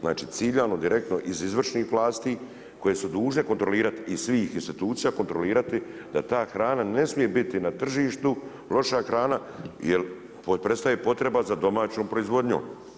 Znači ciljano, direktno iz izvršnih vlasti koje su dužne kontrolirati i svih institucija, kontrolirati da ta hrana ne smije biti na tržištu, loša hrana jer prestaje potreba za domaćom proizvodnjom.